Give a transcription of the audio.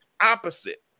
opposite